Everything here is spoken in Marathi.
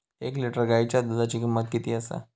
एक लिटर गायीच्या दुधाची किमंत किती आसा?